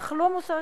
אך לא מוסרית